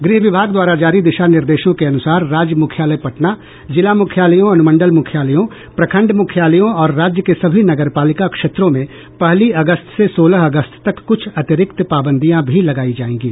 गृह विभाग द्वारा जारी दिशा निर्देशों के अनुसार राज्य मुख्यालय पटना जिला मुख्यालयों अनुमंडल मुख्यालयों प्रखंड मुख्यालयों और राज्य के सभी नगरपालिका क्षेत्रों में पहली अगस्त से सोलह अगस्त तक कुछ अतिरिक्त पाबंदियां भी लगायी जाएंगी